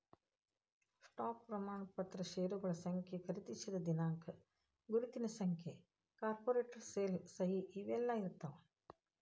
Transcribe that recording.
stock ಪ್ರಮಾಣ ಪತ್ರ ಷೇರಗಳ ಸಂಖ್ಯೆ ಖರೇದಿಸಿದ ದಿನಾಂಕ ಗುರುತಿನ ಸಂಖ್ಯೆ ಕಾರ್ಪೊರೇಟ್ ಸೇಲ್ ಸಹಿ ಇವೆಲ್ಲಾ ಇರ್ತಾವ